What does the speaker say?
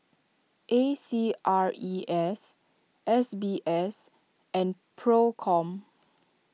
A C R E S S B S and Procom